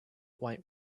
white